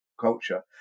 culture